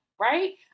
right